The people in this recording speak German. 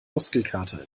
muskelkater